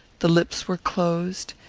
the lips were closed,